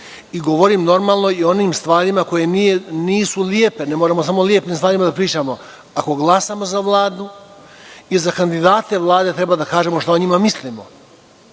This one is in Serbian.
i govorim i o onim stvarima koje nisu lepe. Ne moramo samo o lepim stvarima da pričamo. Ako glasamo za Vladu i za kandidate Vlade, treba da kažemo šta o njima mislimo.